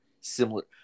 similar